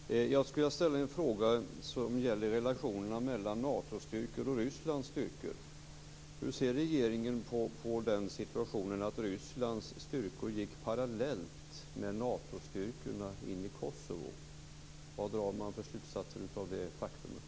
Fru talman! Jag skulle vilja ställa en fråga som gäller relationerna mellan Natostyrkor och Rysslands styrkor. Hur ser regeringen på den situationen att Rysslands styrkor gick parallellt med Natostyrkorna in i Kosovo? Vad drar man för slutsatser av det faktumet?